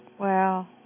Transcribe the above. Wow